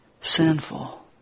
sinful